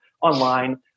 online